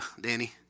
Danny